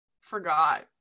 forgot